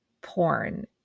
porn